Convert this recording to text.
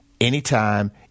anytime